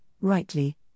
rightly